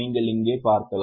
நீங்கள் இங்கே பார்க்கலாம்